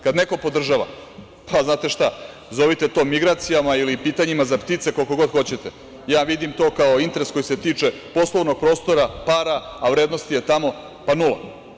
Kad neko podržava, pa znate šta, zovite to migracijama ili pitanjima za ptice koliko god hoćete, ja vidim to kao interes koji se tiče poslovnog prostora, para, a vrednost je tamo, pa – nula.